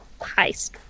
heist